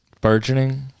Burgeoning